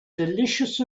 delicious